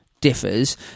differs